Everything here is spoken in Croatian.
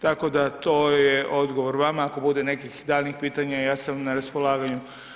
Tako da to je odgovor vama, ako bude nekih daljnjih pitanja ja sam na raspolaganju.